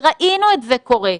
וראינו את זה קורה,